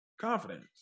confidence